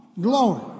Glory